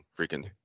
freaking